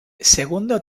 segundo